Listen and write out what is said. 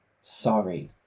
sorry